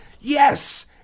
yes